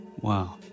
Wow